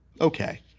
okay